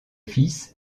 fils